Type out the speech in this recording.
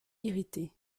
irrité